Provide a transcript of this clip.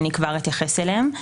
כבר אתייחס אליהם,